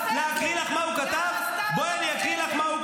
למה אתה